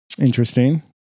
Interesting